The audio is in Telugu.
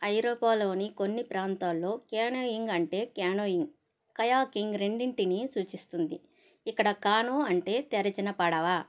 ఐరోపాలోని కొన్ని ప్రాంతాల్లో క్యానోయింగ్ అంటే క్యానోయింగ్ కయాకింగ్ రెండింటినీ సూచిస్తుంది ఇక్కడ కానో అంటే తెరిచిన పడవ